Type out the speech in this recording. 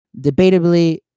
debatably